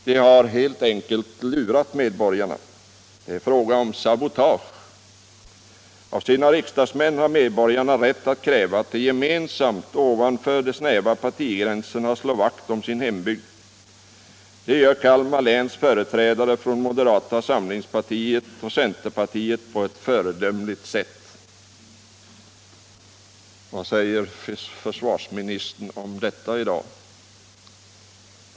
——-- De de har helt enkelt lurat medborgarna. ——-- Det är fråga om sabotage. --- Av sina riksdagsmän har medborgarna rätt att kräva att de gemensamt och ovanför snäva partiintressen slår vakt om sin hembygd. Det gör Kalmar läns företrädare från moderata samlingspartiet och centerpartiet på ett föredömligt sätt.” Vad säger försvarsministern om detta i dag?